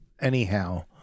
anyhow